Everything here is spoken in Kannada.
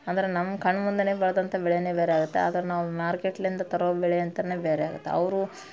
ಅಂದ್ರೆ ನಮ್ಮ ಕಣ್ಮುಂದೆಯೇ ಬೆಳೆದಂಥ ಬೆಳೆಯೇ ಬೇರೆ ಆಗುತ್ತೆ ಆದರೆ ನಾವು ಮಾರ್ಕೆಟ್ನಿಂದ ತರೋ ಬೆಳೆ ಅಂತಲೇ ಬೇರೆ ಆಗುತ್ತೆ ಅವರು